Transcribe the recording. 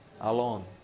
Alone